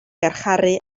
garcharu